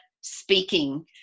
speaking